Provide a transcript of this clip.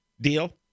deal